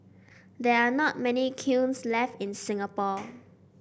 there are not many kilns left in Singapore